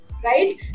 Right